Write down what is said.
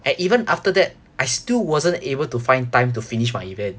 and even after that I still wasn't able to find time to finish my event